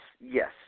Yes